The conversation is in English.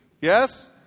Yes